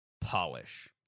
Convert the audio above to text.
polish